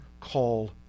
call